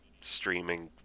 streaming